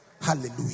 Hallelujah